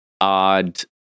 odd